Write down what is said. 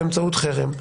באמצעות חרם.